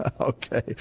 Okay